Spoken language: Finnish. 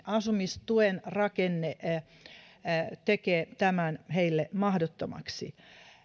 asumistuen rakenne tämän mahdottomaksi